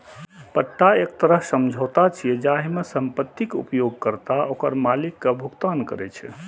पट्टा एक तरह समझौता छियै, जाहि मे संपत्तिक उपयोगकर्ता ओकर मालिक कें भुगतान करै छै